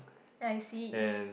I see